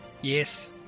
yes